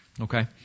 Okay